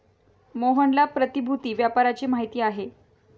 मोहनला प्रतिभूति व्यापाराची माहिती आहे